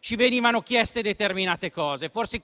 ci venivano chieste determinate cose. Forse,